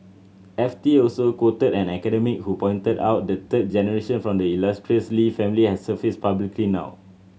F T also quoted an academic who pointed out the third generation from the illustrious Lee family has surfaced publicly now